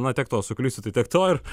na tiek to suklysiu tai tiek to ir